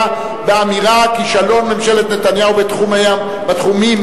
באמירה: כישלון ממשלת נתניהו בתחום המדיני,